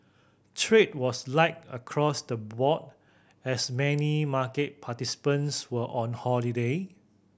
trade was light across the board as many market participants were on holiday